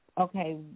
okay